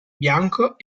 bianco